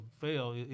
fail